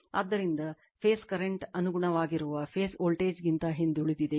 ಆದ್ದರಿಂದ phase current ಅನುಗುಣವಾಗಿರುವ phase voltage ಗಿಂತ ಹಿಂದುಳಿದಿದೆ